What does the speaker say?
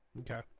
okay